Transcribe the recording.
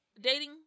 dating